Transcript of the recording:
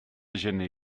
gener